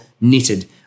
knitted